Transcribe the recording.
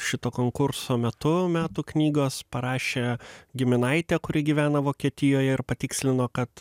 šito konkurso metu metų knygos parašė giminaitė kuri gyvena vokietijoj ir patikslino kad